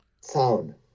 sound